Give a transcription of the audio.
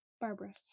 Barbara